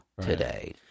today